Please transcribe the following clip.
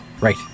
Right